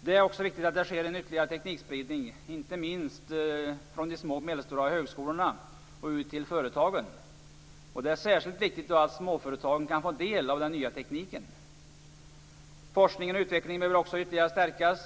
Det är också viktigt att det sker en ytterligare teknikspridning inte minst från de små och medelstora högskolorna ut till företagen. Det är särskilt viktigt att småföretagen kan få del av den nya tekniken. Forskningen och utvecklingen behöver också ytterligare stärkas